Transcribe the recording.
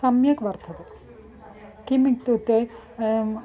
सम्यक् वर्तते किमित्युक्ते अयं